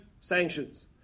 sanctions